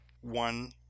One